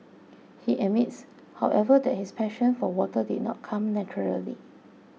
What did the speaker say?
he admits however that his passion for water did not come naturally